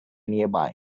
nearby